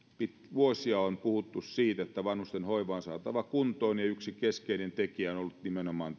vuosia on puhuttu siitä että vanhustenhoiva on saatava kuntoon ja yksi keskeinen tekijä on ollut nimenomaan